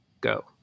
go